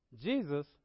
Jesus